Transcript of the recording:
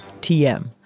TM